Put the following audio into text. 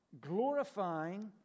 glorifying